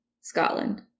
Scotland